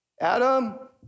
Adam